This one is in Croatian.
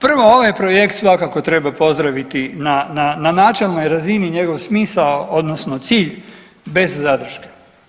Prvo ovaj projekt svakako treba pozdraviti na načelnoj razini njegov smisao, odnosno cilj bez zadrške.